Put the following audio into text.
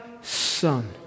Son